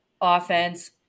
offense